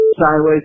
sideways